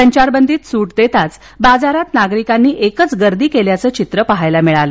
संचारबंदीत सूट देताच बाजारात नागरिकांनी एकच गर्दी केल्याचे चित्र पाहायला मिळाल